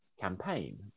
campaign